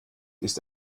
ist